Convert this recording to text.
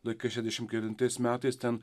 laikais šešiasdešim kelintais metais ten